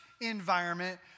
environment